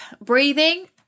Breathing